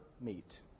meet